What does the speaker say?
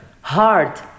hard